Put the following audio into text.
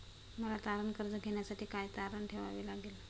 मला तारण कर्ज घेण्यासाठी काय तारण ठेवावे लागेल?